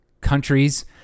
Countries